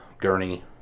gurney